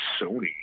Sony